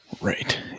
Right